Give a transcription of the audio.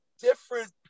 different